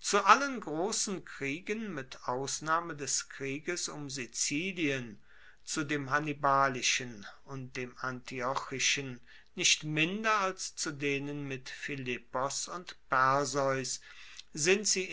zu allen grossen kriegen mit ausnahme des krieges um sizilien zu dem hannibalischen und dem antiochischen nicht minder als zu denen mit philippos und perseus sind sie